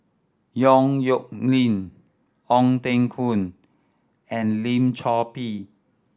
Yong Nyuk Lin Ong Teng Koon and Lim Chor Pee